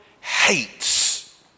hates